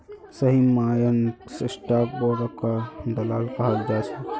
सही मायनेत स्टाक ब्रोकरक दलाल कहाल जा छे